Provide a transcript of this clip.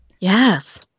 Yes